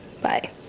Bye